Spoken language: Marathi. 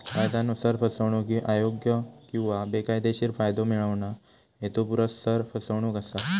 कायदयानुसार, फसवणूक ही अयोग्य किंवा बेकायदेशीर फायदो मिळवणा, हेतुपुरस्सर फसवणूक असा